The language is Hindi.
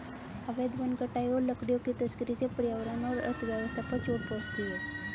अवैध वन कटाई और लकड़ियों की तस्करी से पर्यावरण और अर्थव्यवस्था पर चोट पहुँचती है